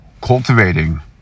cultivating